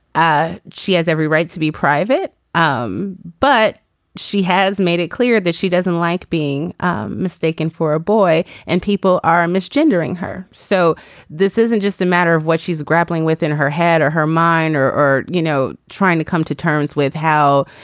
ah she has every right to be private um but she has made it clear that she doesn't like being mistaken for a boy and people are mis tendering her. so this isn't just a matter of what she's grappling with in her head or her mind or or you know trying to come to terms with how